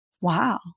wow